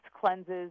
cleanses